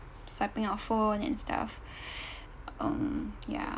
swiping our phone and stuff um ya